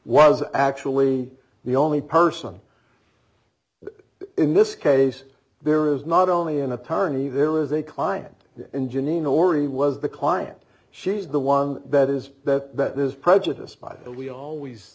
was actually the only person in this case there is not only an attorney there is a client and jeanine or he was the client she's the one that is that that is prejudiced by that we always